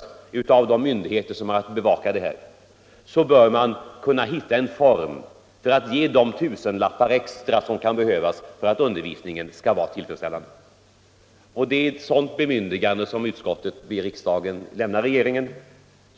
Men skulle det visa sig att det förhåller sig så som det har sagts, då bör man kunna hitta en form för att ge de tusenlappar extra som kan behövas för att undervisningen skall vara tillfredsställande. Det är ett sådant bemyndigande som utskottet ber riksdagen lämna regeringen,